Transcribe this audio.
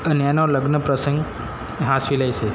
અને એનો લગ્ન પ્રસંગ સાવવી લે છે